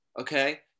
Okay